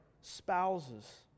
spouses